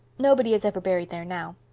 nobody is ever buried there now.